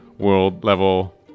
World-level